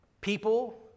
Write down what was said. people